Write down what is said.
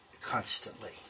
constantly